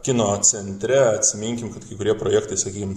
kino centre atsiminkim kad kai kurie projektai sakykim